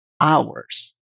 hours